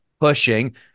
pushing